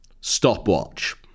Stopwatch